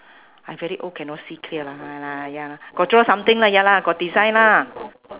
I very old cannot see clear nevermind lah ya got draw something lah ya lah got design lah